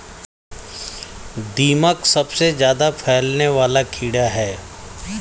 दीमक सबसे ज्यादा फैलने वाला कीड़ा है